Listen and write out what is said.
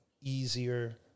easier